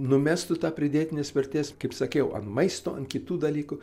numestų tą pridėtinės vertės kaip sakiau ant maisto ant kitų dalykų